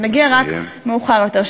זה מגיע מאוחר יותר.